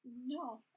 No